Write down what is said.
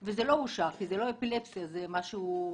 אבל זה לא אושר כי זאת לא אפילפסיה אלא משהו אחר.